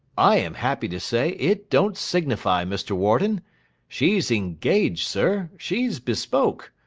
i am happy to say it don't signify, mr. warden she's engaged, sir, she's bespoke.